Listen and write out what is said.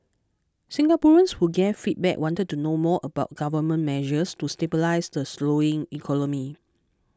Singaporeans who gave feedback wanted to know more about Government measures to stabilise the slowing economy